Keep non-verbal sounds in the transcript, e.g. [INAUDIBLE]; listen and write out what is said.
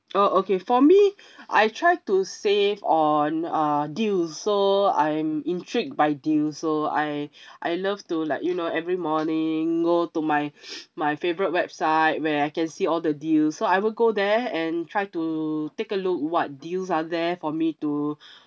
oh okay for me [BREATH] I try to save on uh deals so I'm intrigued by deals so I [BREATH] I love to like you know every morning go to my [NOISE] my favorite website where I can see all the deals so I will go there and try to take a look what deals are there for me too [BREATH]